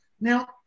Now